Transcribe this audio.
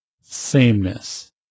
sameness